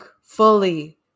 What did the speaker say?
fully